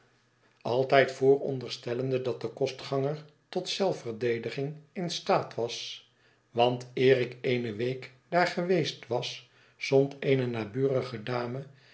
altijd vooronderstellende dat de kostganger tot zelfverdediging in staat was want eer ik eene week daar geweest was zond eene naburige dame